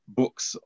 books